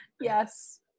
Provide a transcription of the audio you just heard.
yes